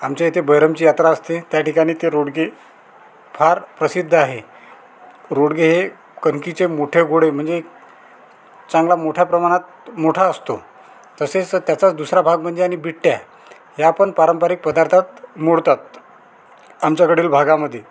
आमच्या येथे बहिरमची यात्रा असते त्या ठिकाणी ते रोडगे फार प्रसिद्ध आहे रोडगे हे कणकीचे मोठे गोळे म्हणजे चांगला मोठ्या प्रमाणात मोठा आसतो तसेच त्याचा दुसरा भाग म्हणजे आणि बिट्ट्या या पण पारंपरिक पदार्थात मोडतात आमच्याकडील भागामध्ये